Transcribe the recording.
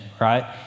right